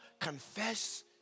Confess